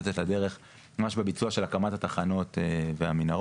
לצאת לדרך ממש לביצוע של הקמת התחנות והמנהרות.